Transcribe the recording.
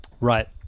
Right